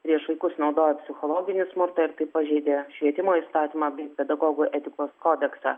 prieš vaikus naudojo psichologinį smurtą ir taip pažeidė švietimo įstatymą bei pedagogų etikos kodeksą